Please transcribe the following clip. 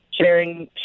Sharing